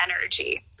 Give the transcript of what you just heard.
energy